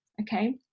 Okay